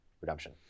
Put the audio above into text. redemption